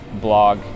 blog